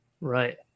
Right